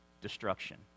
destruction